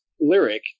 lyric